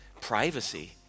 Privacy